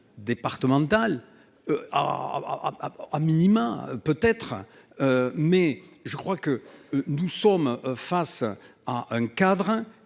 départemental. Ah. A minima, peut être. Mais je crois que nous sommes face à un cadre